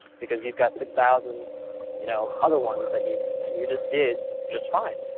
because you've got six thousand you know other ones that you you just did just fine.